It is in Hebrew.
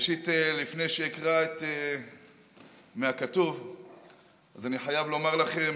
ראשית, לפני שאקרא מהכתוב אז אני חייב לומר לכם